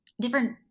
different